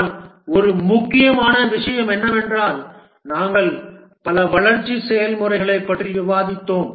ஆனால் ஒரு முக்கியமான விஷயம் என்னவென்றால் நாங்கள் பல வளர்ச்சி செயல்முறைகளைப் பற்றி விவாதித்தோம்